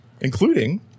including